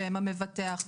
שהם המבטח,